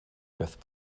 fifth